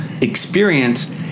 experience